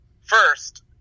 first